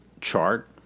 chart